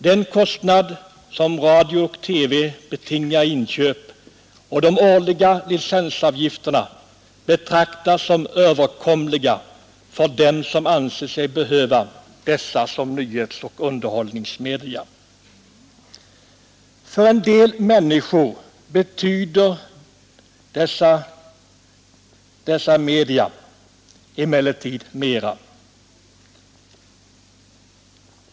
Den kostnad som radio och TV betingar i inköp samt kostnaderna för årliga licenser betraktas som överkomliga av dem som vill ha möjligheter att utnyttja dessa nyhetsoch underhållningsmedia. För en del människor betyder dessa massmedia emellertid mera.